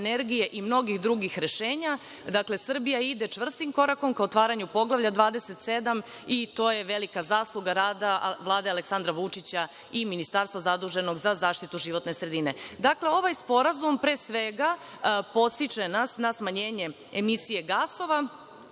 i mnogih drugih rešenja. Dakle, Srbija ide čvrstim korakom ka otvaranju Poglavlja 27 i to je velika zasluga rada Vlade Aleksandra Vučića i Ministarstva za zaštitu životne sredine. Dakle, ovaj sporazum pre svega podstiče nas na smanjenje emisije gasova